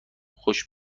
خوش